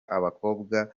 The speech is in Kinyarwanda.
abakobwa